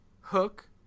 Hook